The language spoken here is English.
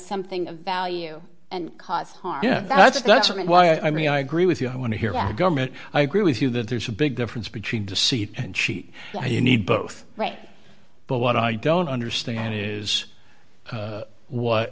something of value and cause harm yeah that's that's why i mean i agree with you i want to hear our government i agree with you that there's a big difference between deceit and she why do you need both right but what i don't understand is what wh